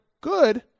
good